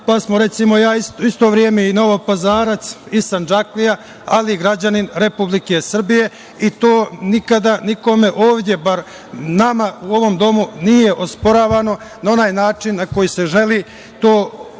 pa smo recimo u isto vreme i Novopazarac i Sandžaklija, ali i građanin Republike Srbije i to nikada nikome ovde, bar nama u ovom domu, nije osporavano na onaj način na koji se želi to učiniti. Sa